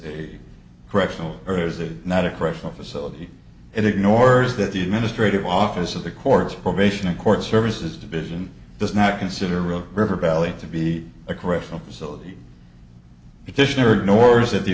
a correctional or is it not a correctional facility it ignores that the administrative office of the courts probation and court services division does not consider real river valley to be a correctional facility